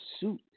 suit